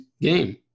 game